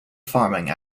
farming